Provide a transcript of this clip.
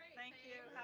thank you